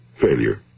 Failure